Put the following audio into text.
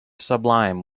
sublime